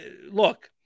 look